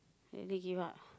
really give up